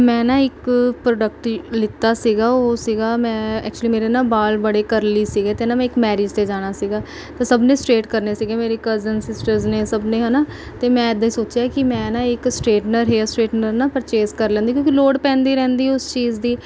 ਮੈਂ ਨਾ ਇੱਕ ਪ੍ਰੋਡਕਟ ਲਿੱਤਾ ਸੀਗਾ ਉਹ ਸੀਗਾ ਮੈਂ ਐਕਚੂਲੀ ਮੇਰੇ ਨਾ ਵਾਲ ਬੜੇ ਕਰਲੀ ਸੀਗੇ ਅਤੇ ਨਾ ਮੈਂ ਇੱਕ ਮੈਰਿਜ 'ਤੇ ਜਾਣਾ ਸੀਗਾ ਅਤੇ ਸਭ ਨੇ ਸਟਰੇਟ ਕਰਨੇ ਸੀਗੇ ਮੇਰੀ ਕਜ਼ਨ ਸਿਸਟਰਸ ਨੇ ਸਭ ਨੇ ਹੈ ਨਾ ਅਤੇ ਮੈਂ ਇੱਦਾਂ ਸੋਚਿਆ ਕਿ ਮੈਂ ਨਾ ਇੱਕ ਸਟਰੇਟਨਰ ਹੇਅਰ ਸਟਰੇਟਨਰ ਨਾ ਪਰਚੇਜ਼ ਕਰ ਲੈਂਦੀ ਕਿਉਂਕਿ ਲੋੜ ਪੈਂਦੀ ਰਹਿੰਦੀ ਉਸ ਚੀਜ਼ ਦੀ